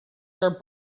their